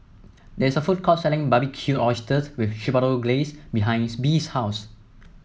there is a food court selling Barbecued Oysters with Chipotle Glaze behind Bea's house